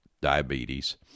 diabetes